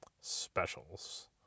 specials